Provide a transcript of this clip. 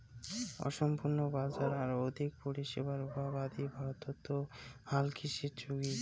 অসম্পূর্ণ বাজার আর আর্থিক পরিষেবার অভাব আদি ভারতত হালকৃষির ঝুঁকি